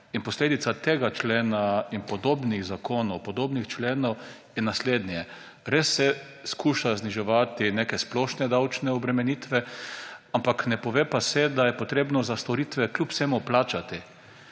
Posledica tega člena in podobnih zakonov, podobnih členov je naslednje. Res se skuša zniževati neke splošne davčne obremenitve, ne pove pa se, da je potrebno za storitve kljub vsemu plačati.